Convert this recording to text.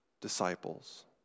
disciples